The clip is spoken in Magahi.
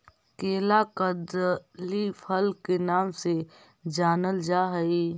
केला कदली फल के नाम से जानल जा हइ